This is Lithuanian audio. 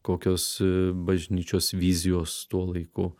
kokios bažnyčios vizijos tuo laiku